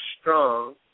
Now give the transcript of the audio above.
strong